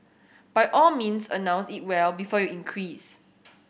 by all means announce it well before you increase